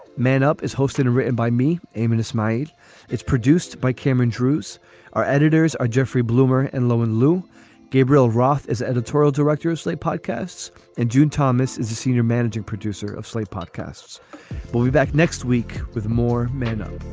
man up is hosting and written by me. in and might. it's produced by cameron druce our editors are jeffrey bloomer and lowe and lew gabriel roth is editorial director of slate podcasts in june thomas is a senior managing producer of slate podcasts but we back next week with more mano